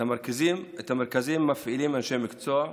את המרכזים מפעילים אנשי מקצוע,